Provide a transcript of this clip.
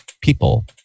people